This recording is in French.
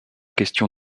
question